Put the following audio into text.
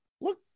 look